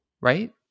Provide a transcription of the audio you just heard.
right